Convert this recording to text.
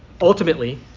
Ultimately